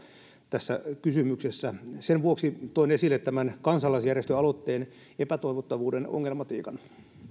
tässä kysymyksessä sen vuoksi toin esille tämän kansalaisjärjestöaloitteen epätoivottavuuden ongelmatiikan